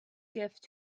gift